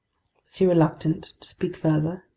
was he reluctant to speak further?